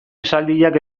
esaldiak